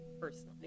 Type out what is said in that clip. personally